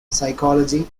psychology